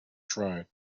tried